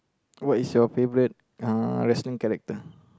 what is your favourite uh wrestling character